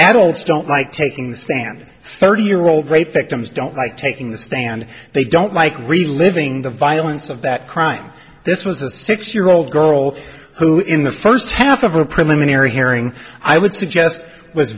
adults don't like taking the stand thirty year old rape victims don't like taking the stand they don't like reliving the violence of that crime this was a six year old girl who in the first half of a preliminary hearing i would suggest w